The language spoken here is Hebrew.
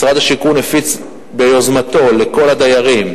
משרד השיכון הפיץ ביוזמתו לכל הדיירים